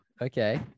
Okay